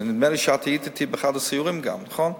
ונדמה לי שאת גם היית אתי באחד הסיורים, נכון?